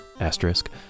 asterisk